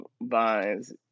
vines